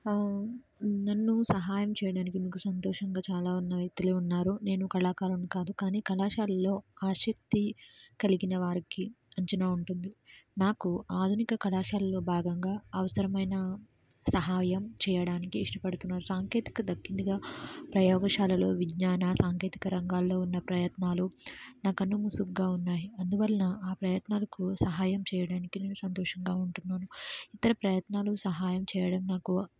నన్ను సహాయం చేయడానికి ముఖ సంతోషంగా చాలా ఉన్న వ్యక్తులు ఉన్నారు నేను కళాకారుని కాదు కానీ కళాశాలలో ఆశక్తి కలిగినవారికి అంచనా ఉంటుంది నాకు ఆధునిక కళాశాలలో భాగంగా అవసరమైన సహాయం చేయడానికి ఇష్టపడుతున్న సాంకేతికత దక్కింది ప్రయోగశాలలు విజ్ఞాన సాంకేతికత రంగాలలో ఉన్న ప్రయత్నాలు నాకు కన్నుముసుగుగా ఉన్నాయి అందువలన ఆ ప్రయత్నాలకు సహాయం చేయడానికి నేను సంతోషంగా ఉంటున్నాను ఇతర ప్రయత్నాలు సహాయం చేయడం నాకు